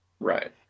Right